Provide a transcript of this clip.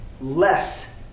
less